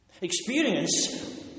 Experience